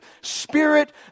spirit